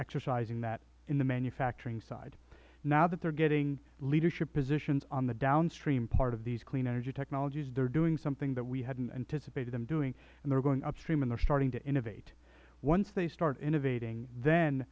exercising that in the manufacturing side now that they are getting leadership positions on the downstream part of these clean energy technologies they are doing something that we hadn't anticipated them doing and they are going upstream and they are starting to innovate once they start innovating then